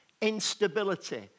Instability